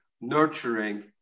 nurturing